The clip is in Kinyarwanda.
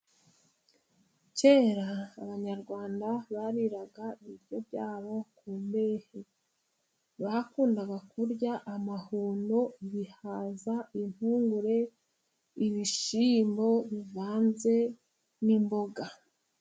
Kera abanyarwanda bariraga ibiryo byabo ku mbehe. Bakundaga kurya amahundo, ibihaza, impungure ,ibishyimbo bivanze n'imboga.